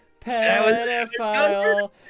pedophile